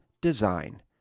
design